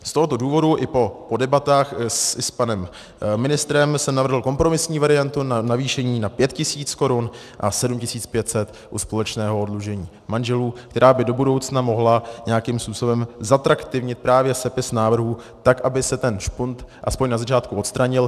Z tohoto důvodu i po debatách s panem ministrem jsem navrhl kompromisní variantu na navýšení na 5 tisíc korun a 7 500 u společného oddlužení manželů, která by do budoucna mohla nějakým způsobem zatraktivnit právě sepis návrhů, tak aby se ten špunt aspoň na začátku odstranil.